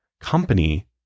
company